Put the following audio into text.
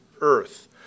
earth